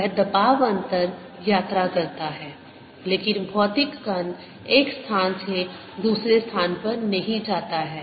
वह दबाव अंतर यात्रा करता है लेकिन भौतिक कण एक स्थान से दूसरे स्थान पर नहीं जाता है